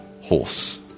horse